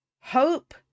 Hope